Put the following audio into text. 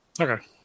Okay